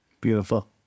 Beautiful